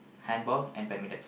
handball and badminton